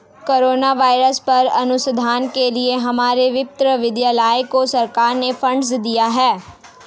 corona virus पर अनुसंधान के लिए हमारे विश्वविद्यालय को सरकार ने फंडस दिए हैं